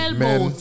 men